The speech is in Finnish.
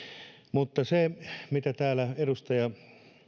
mutta kuten täällä edustaja